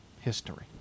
history